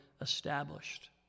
established